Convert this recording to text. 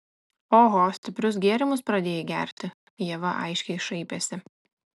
oho stiprius gėrimus pradėjai gerti ieva aiškiai šaipėsi